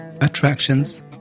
attractions